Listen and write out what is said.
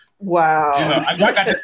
Wow